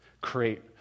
create